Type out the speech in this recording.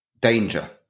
danger